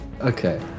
okay